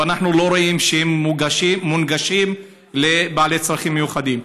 ואנחנו לא רואים שהם מונגשים לבעלי צרכים מיוחדים.